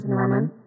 Norman